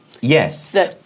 Yes